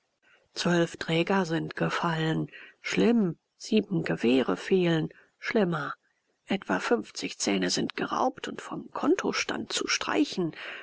zwölf träger sind gefallen schlimm sieben gewehre fehlen schlimmer etwa fünfzig zähne sind geraubt und vom gewinnkonto zu streichen